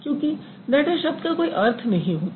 क्योंकि नैडर शब्द का कोई अर्थ नहीं होता